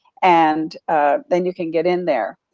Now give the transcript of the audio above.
and then you can get in there.